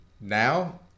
now